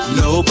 no